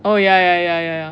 oh ya ya ya ya ya